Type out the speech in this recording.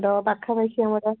ଆମର ପାଖା ପାଖି ଆମର